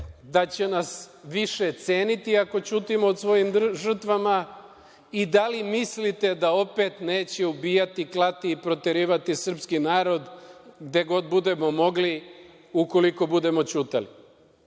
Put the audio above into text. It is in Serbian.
da će nas više ceniti ako ćutimo o svojim žrtvama? Da li mislite da opet neće ubijati, klati i proterivati srpski narod gde god budu mogli, ukoliko budemo